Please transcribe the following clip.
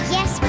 Yes